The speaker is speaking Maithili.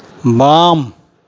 वाम